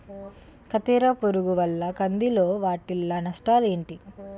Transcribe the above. కత్తెర పురుగు వల్ల కంది లో వాటిల్ల నష్టాలు ఏంటి